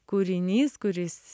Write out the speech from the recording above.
kūrinys kuris